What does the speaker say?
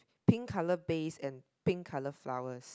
pink colour base and pink colour flowers